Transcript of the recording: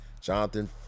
Jonathan